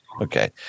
Okay